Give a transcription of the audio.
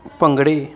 ਭੰਗੜੇ